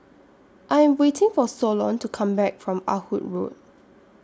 I Am waiting For Solon to Come Back from Ah Hood Road